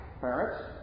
Parents